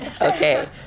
Okay